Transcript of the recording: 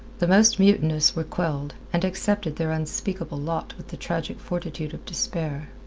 the most mutinous were quelled, and accepted their unspeakable lot with the tragic fortitude of despair.